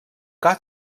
cas